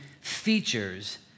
features